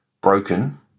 broken